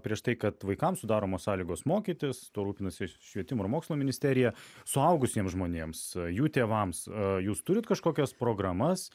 prieš tai kad vaikams sudaromos sąlygos mokytis tuo rūpinasi švietimo ir mokslo ministerija suaugusiems žmonėms jų tėvams jūs turit kažkokias programas